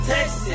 Texas